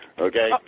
Okay